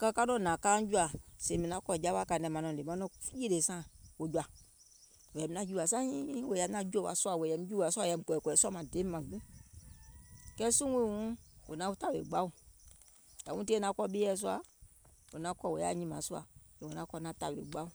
kɛɛ ka nɔŋ hnȧŋ kauŋ jòȧ, sèè maŋ kɔ̀ jawa kȧìŋ nɛ maŋ nɔŋ hnè maŋ yìlè saaȧŋ wò jɔ̀ȧ, wò yȧìm naȧŋ jùwìȧ sùȧ, kɛɛ suùŋ wii wuŋ wò naŋ tȧwè gbaù, yàwuŋ tìyèe naŋ kɔ̀ ɓieɛ̀ sùȧ, wò naŋ kɔ̀ wò yaȧ nyìmȧŋ sùȧ, wò naŋ kɔ̀ naŋ tȧwè gbaù.